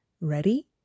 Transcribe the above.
Ready